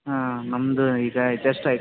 ಹಾಂ ನಮ್ಮದು ಈಗ ಜಸ್ಟ್ ಆಯಿತು